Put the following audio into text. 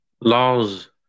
Laws